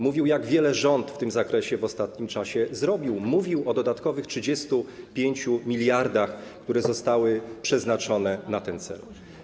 Mówił, jak wiele rząd w tym zakresie w ostatnim czasie zrobił, mówił o dodatkowych 35 mld, które zostały przeznaczone na ten cel.